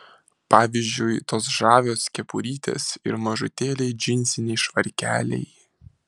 pavyzdžiui tos žavios kepurytės ir mažutėliai džinsiniai švarkeliai